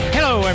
Hello